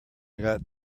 got